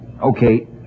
okay